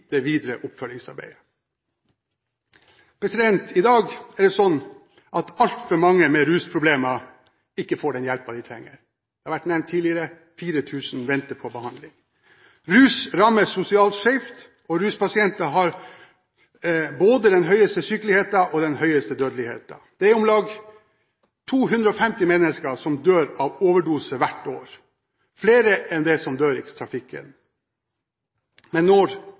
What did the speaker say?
det videre oppfølgingsarbeidet. I dag er det slik at altfor mange med rusproblemer ikke får den hjelpen de trenger. Det har vært nevnt tidligere: 4 000 venter på behandling. Rus rammer sosialt skjevt, og ruspasienter har både den høyeste sykeligheten og den høyeste dødeligheten. Det er om lag 250 mennesker som dør av overdose hvert år – flere enn det som dør i trafikken.